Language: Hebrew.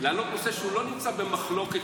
להעלות נושא שלא נמצא במחלוקת,